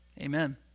Amen